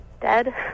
dead